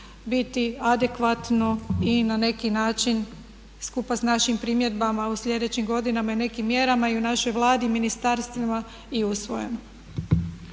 biti adekvatno i na neki način skupa s našim primjedbama u sljedećim godinama i nekim mjerama i u našoj Vladi, ministarstvima i usvojeno.